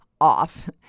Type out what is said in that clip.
off